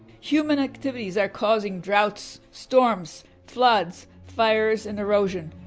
human activities are causing droughts, storms, floods, fires and erosion,